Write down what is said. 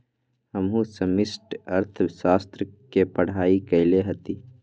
हमहु समष्टि अर्थशास्त्र के पढ़ाई कएले हति